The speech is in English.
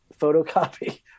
photocopy